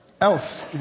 else